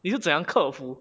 你是怎样克服